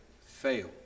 fail